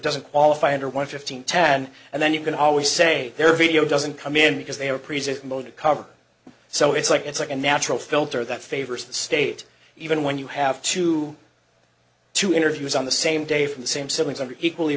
doesn't qualify under one fifteen ten and then you can always say their video doesn't come in because they are present mode to cover so it's like it's like a natural filter that favors the state even when you have to two interviews on the same day from the same siblings are equally